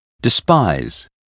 despise